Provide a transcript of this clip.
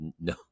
no